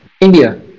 India